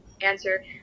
answer